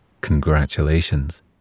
Congratulations